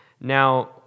Now